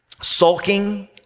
sulking